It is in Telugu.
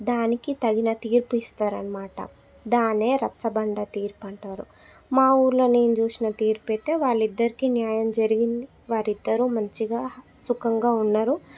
దానికి తగిన తీర్పు ఇస్టారన్నమాట దాన్నే రచ్చబండ తీర్పు అంటారు మా ఊర్లో నేను చూసిన తీర్పు అయితే వాళ్ళిద్దరికీ న్యాయం జరిగింది వారిద్దరూ మంచిగా సుఖంగా ఉన్నారు